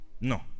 no